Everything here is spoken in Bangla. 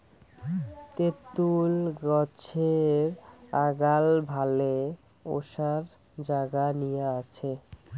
তেতুল গছের আগাল ভালে ওসার জাগা নিয়া আছে